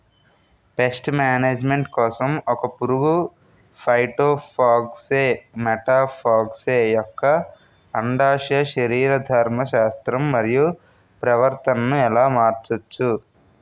Paste management కోసం ఒక పురుగు ఫైటోఫాగస్హె మటోఫాగస్ యెక్క అండాశయ శరీరధర్మ శాస్త్రం మరియు ప్రవర్తనను ఎలా మార్చచ్చు?